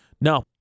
No